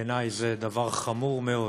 בעיני זה דבר חמור מאוד,